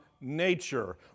nature